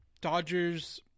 dodgers